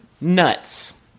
Nuts